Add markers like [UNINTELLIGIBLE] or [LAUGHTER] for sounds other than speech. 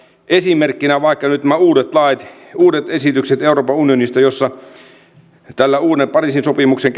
esimerkkinä vaikka nämä uudet lait uudet esitykset euroopan unionista tämä uusi pariisin sopimuksen [UNINTELLIGIBLE]